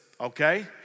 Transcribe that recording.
okay